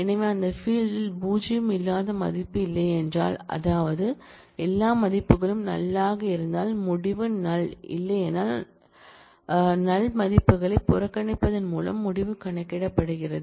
எனவே அந்த ஃபீல்ட் ல் பூஜ்யம் இல்லாத மதிப்பு இல்லை என்றால் அதாவது எல்லா மதிப்புகளும் நல் ஆக இருந்தால் முடிவு நல் இல்லையெனில் நல் மதிப்புகளை புறக்கணிப்பதன் மூலம் முடிவு கணக்கிடப்படுகிறது